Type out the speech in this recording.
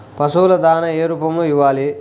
పశువుల దాణా ఏ రూపంలో ఇవ్వాలి?